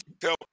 tell